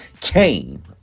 came